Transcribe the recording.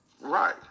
Right